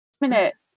Minutes